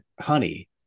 honey